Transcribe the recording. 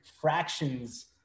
fractions